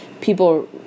people